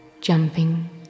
jumping